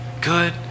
good